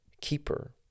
keeper